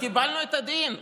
קיבלנו את הדין,